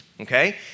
okay